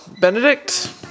Benedict